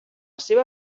seva